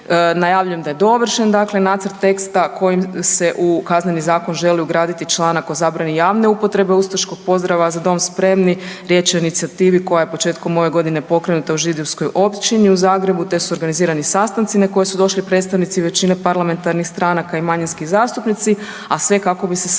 Najavljujem da je dovršen, dakle nacrt teksta kojim se u Kazneni zakon želi ugraditi članak o zabrani javne upotrebe ustaškog pozdrava „Za dom spremni“. Riječ je o inicijativi koja je ove godine pokrenuta u židovskoj općini u Zagrebu, te su organizirani sastanci na koje su došli predstavnici većine parlamentarnih stranaka i manjinski zastupnici, a sve kako bi se sankcionirala